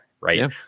right